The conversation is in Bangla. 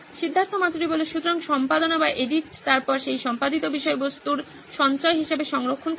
সিদ্ধার্থ মাতুরি সুতরাং সম্পাদনা তারপর সেই সম্পাদিত বিষয়বস্তুর সঞ্চয় হিসাবে সংরক্ষণ করা হবে